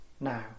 now